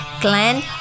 Glenn